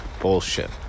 bullshit